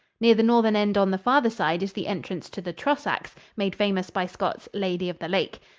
near the northern end on the farther side is the entrance to the trosachs, made famous by scott's lady of the lake.